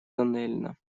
тоннельно